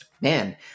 man